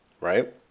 right